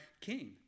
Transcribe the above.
king